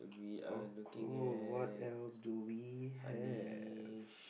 oh cool what else do we have